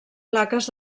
plaques